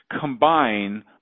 combine